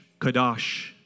kadosh